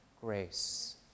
grace